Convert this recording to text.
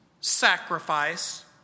sacrifice